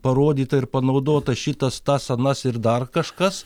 parodyta ir panaudota šitas tas anas ir dar kažkas